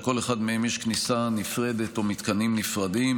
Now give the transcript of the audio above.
(הרחבת בנייה לשם הקמת מרחב מוגן בבית מורכב),